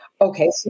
okay